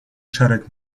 szereg